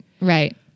right